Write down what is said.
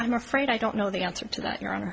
i'm afraid i don't know the answer to that your hon